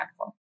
impactful